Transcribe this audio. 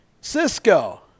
Cisco